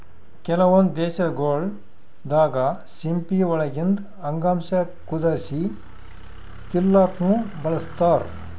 ಕೆಲವೊಂದ್ ದೇಶಗೊಳ್ ದಾಗಾ ಸಿಂಪಿ ಒಳಗಿಂದ್ ಅಂಗಾಂಶ ಕುದಸಿ ತಿಲ್ಲಾಕ್ನು ಬಳಸ್ತಾರ್